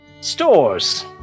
stores